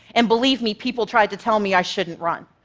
and believe me, people tried to tell me i shouldn't run.